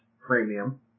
premium